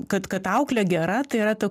kad kad auklė gera tai yra ta